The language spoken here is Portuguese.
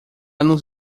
nos